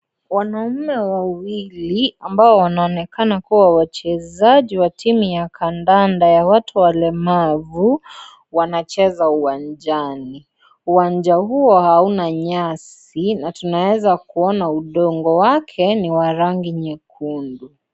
Wanaume wawili ambao wanaonekana kuwa wachezaji wa timu ya kandanda ya watu walemavu wanacheza uwanjani, uwanja huo hauna nyasi na tunaweza kuona udongo wake ni wa rangi nyekundu.